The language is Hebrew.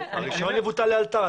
הרישיון יבוטל לאלתר.